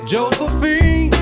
Josephine